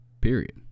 Period